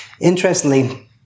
interestingly